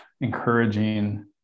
encouraging